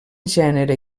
gènere